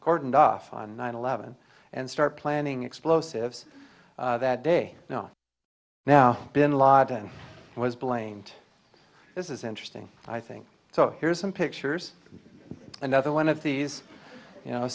cordoned off on nine eleven and start planning explosives that day now bin ladin was blamed this is interesting i think so here's some pictures another one of these you know